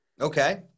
Okay